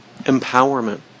Empowerment